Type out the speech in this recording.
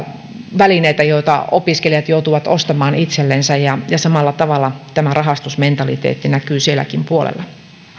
välineitä joita opiskelijat joutuvat ostamaan itsellensä ja samalla tavalla tämä rahastusmentaliteetti näkyy sielläkin puolella